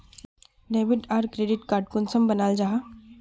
Debit आर credit card कुंसम बनाल जाहा?